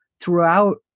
throughout